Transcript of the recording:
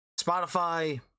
Spotify